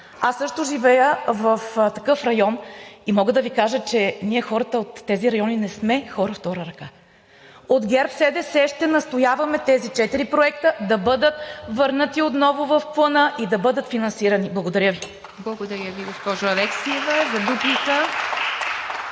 Аз също живея в такъв район и мога да Ви кажа, че ние хората от тези райони не сме хора „втора ръка“. От ГЕРБ-СДС ще настояваме тези четири проекта да бъдат върнати отново в Плана и да бъдат финансирани. Благодаря Ви. (Ръкопляскания